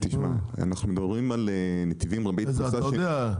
אנחנו מדברים על נתיבים רבי תפוסה --- אתה יודע,